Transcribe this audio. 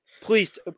Please